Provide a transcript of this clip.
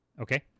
okay